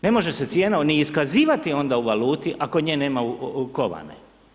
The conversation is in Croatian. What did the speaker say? Ne može se cijenom ni iskazivati onda u valuti ako ne nje nema kovane.